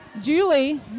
Julie